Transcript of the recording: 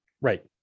right